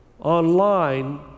online